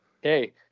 Hey